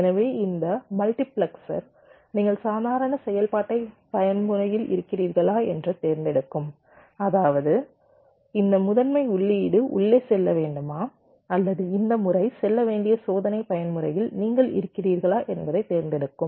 எனவே இந்த மல்டிபிளெக்சர் நீங்கள் சாதாரண செயல்பாட்டு பயன்முறையில் இருக்கிறீர்களா என்று தேர்ந்தெடுக்கும் அதாவது இந்த முதன்மை உள்ளீடு உள்ளே செல்ல வேண்டுமா அல்லது இந்த முறை செல்ல வேண்டிய சோதனை பயன்முறையில் நீங்கள் இருக்கிறீர்களா என்பதை தேர்ந்தெடுக்கும்